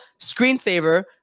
screensaver